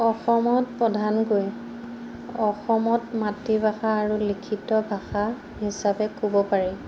অসমত প্ৰধানকৈ অসমত মাতৃভাষা আৰু লিখিত ভাষা হিচাপে ক'ব পাৰি